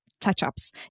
touch-ups